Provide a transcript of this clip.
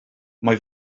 mae